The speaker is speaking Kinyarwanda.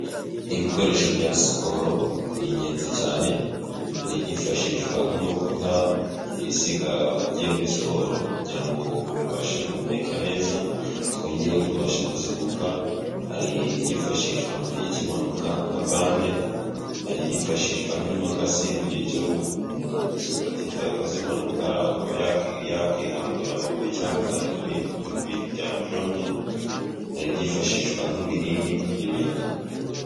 Ibikoresho bya siporo, ni ingenzi cyane, hari ibyifashishwa nk'amavuta umuntu yisiga agiye muri siporo, kugirango ngo umubiri ubashe guhumeka neza, twengeyeho tubashe kuzibuka, hari ibyifashishwa mu gihe cyimpanuka nka bande, hari byifashishwa nk'imakasi, mu gihe cyo mu siporatifu yakoze impanuka akaba yakihandura amabuye cyangwa ikandura ibindi bintu byamujombye hari byifashishwa nk'ibinini, n'ibindi.